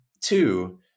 two